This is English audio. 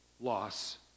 loss